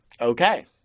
Okay